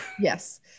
yes